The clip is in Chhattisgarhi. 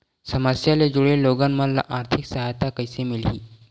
समस्या ले जुड़े लोगन मन ल आर्थिक सहायता कइसे मिलही?